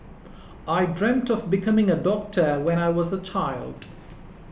I dreamt of becoming a doctor when I was a child